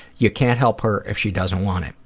you can't help her if she doesn't want it.